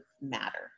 matter